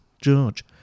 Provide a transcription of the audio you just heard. George